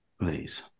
please